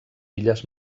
illes